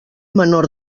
menor